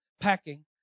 packing